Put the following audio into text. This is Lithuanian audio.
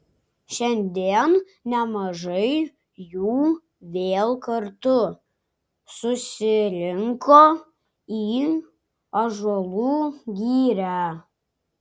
šiandien nemažai jų vėl kartu susirinko į ąžuolų girią